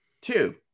Two